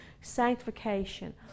sanctification